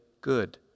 good